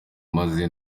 maze